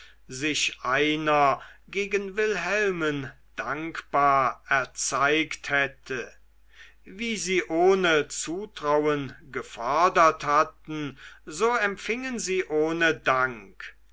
sich einer gegen wilhelmen dankbar erzeigt hätte wie sie ohne zutrauen gefordert hatten so empfingen sie ohne dank